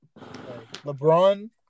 LeBron